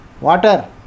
water